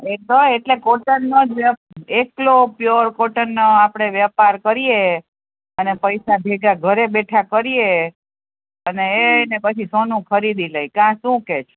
તો એટલે કોટનનો એકલો પ્યોર કોટનનો આપણે વેપાર કરીએ અને પૈસા ભેગા ઘરે બેઠા કરીએ અને એય ને પછી સોનું ખરીદી લઈએ કાં શું કહે છે